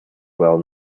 well